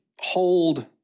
hold